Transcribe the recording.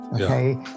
Okay